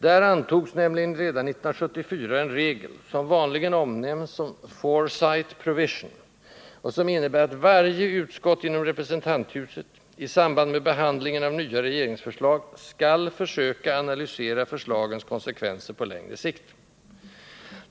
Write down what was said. Där antogs nämligen redan 1974 en regel, som vanligen omnämns som ”foresight provision”, och som innebär att varje utskott inom representanthuset i samband med behandlingen av nya regeringsförslag skall försöka analysera förslagens konsekvenser på längre sikt.